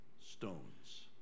stones